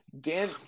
Dan